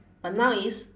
but now it's